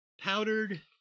Powdered